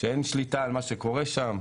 שאין שליטה על מה שקורה שם,